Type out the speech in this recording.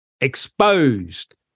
exposed